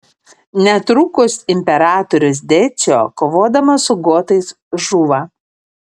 netrukus imperatorius decio kovodamas su gotais žūva